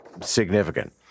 significant